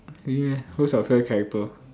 really meh who is your favourite character